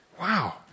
Wow